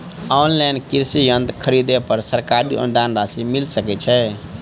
Online कृषि यंत्र खरीदे पर सरकारी अनुदान राशि मिल सकै छैय?